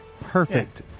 perfect